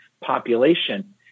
population